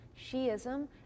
Shiism